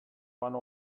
one